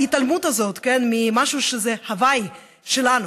ההתעלמות הזאת ממשהו שהוא הוויי שלנו,